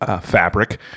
fabric